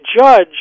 judge